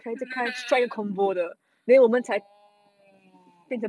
oh